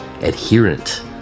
adherent